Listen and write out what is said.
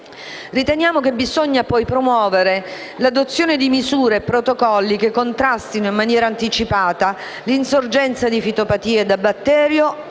avviso, bisogna poi promuovere l'adozione di misure e protocolli che contrastino in maniera anticipata l'insorgenza di fitopatie da batterio